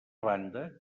banda